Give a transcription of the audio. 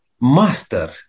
Master